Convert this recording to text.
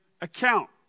account